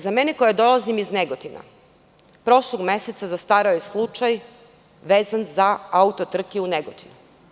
Za mene koja dolazim iz Negotina, prošlog meseca zastareo je slučaj vezan za auto-trke u Negotinu.